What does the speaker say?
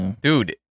Dude